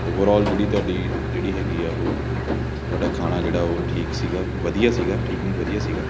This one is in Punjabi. ਓਵਰਅੋਲ ਜਿਹੜੀ ਤੁਹਾਡੀ ਜਿਹੜੀ ਹੈਗੀ ਆ ਉਹ ਤੁਹਾਡਾ ਖਾਣਾ ਜਿਹੜਾ ਉਹ ਠੀਕ ਸੀਗਾ ਵਧੀਆ ਸੀਗਾ ਠੀਕ ਨਹੀਂ ਵਧੀਆ ਸੀਗਾ